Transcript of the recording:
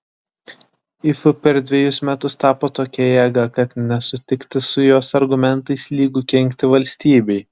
if per dvejus metus tapo tokia jėga kad nesutikti su jos argumentais lygu kenkti valstybei